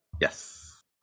Yes